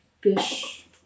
fish